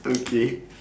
okay